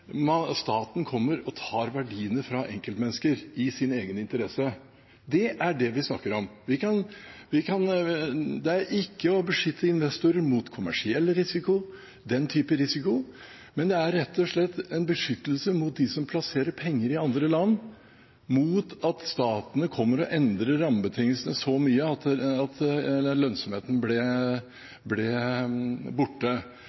staten kommer og tar verdiene fra enkeltmennesker i sin egen interesse. Det er det vi snakker om. Det er ikke å beskytte investorer mot kommersiell risiko, den type risiko, det er rett og slett en beskyttelse av dem som plasserer penger i andre land, mot at statene kommer og endrer rammebetingelsene så mye at lønnsomheten blir borte.